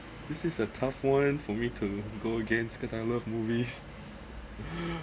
this is a tough one for me to go against because I love movies